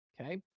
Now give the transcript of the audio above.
Okay